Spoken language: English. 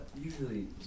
usually